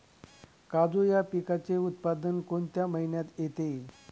काजू या पिकाचे उत्पादन कोणत्या महिन्यात येते?